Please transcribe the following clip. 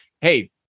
hey